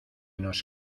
nos